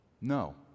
No